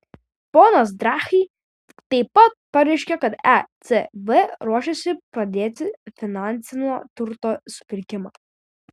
ponas draghi taip pat pareiškė kad ecb ruošiasi pradėti finansinio turto supirkimą